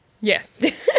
Yes